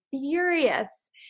furious